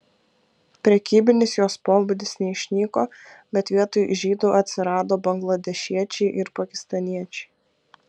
prekybinis jos pobūdis neišnyko bet vietoj žydų atsirado bangladešiečiai ir pakistaniečiai